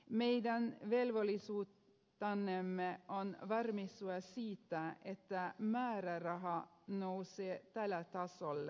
meidän velvollisuutenamme on varmistua siitä että määräraha nousee tälle tasolle